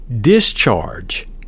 Discharge